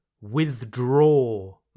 withdraw